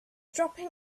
dropping